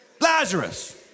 Lazarus